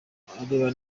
areba